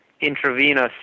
intravenous